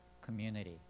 community